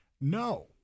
no